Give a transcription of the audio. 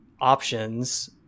options